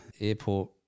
airport